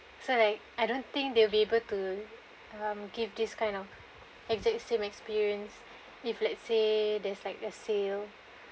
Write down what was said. that's why like I don't think they will be able to(um) give this kind of exact same experience if let's say there's like a sale